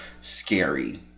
scary